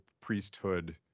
priesthood